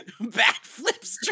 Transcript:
backflips